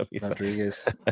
Rodriguez